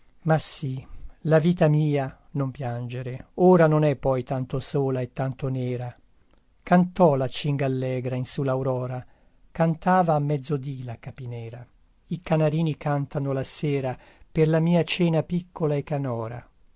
ma sì la vita mia non piangere ora non è poi tanto sola e tanto nera cantò la cingallegra in su laurora cantava a mezzodì la capinera i canarini cantano la sera per la mia cena piccola e canora